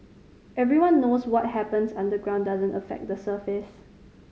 everyone knows what happens underground doesn't affect the surface